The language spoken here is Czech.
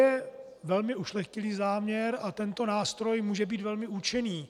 To je velmi ušlechtilý záměr a tento nástroj může být velmi účinný.